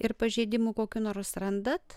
ir pažeidimų kokių nors randat